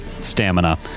stamina